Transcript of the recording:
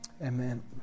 Amen